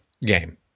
game